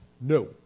No